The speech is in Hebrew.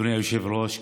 אדוני היושב-ראש,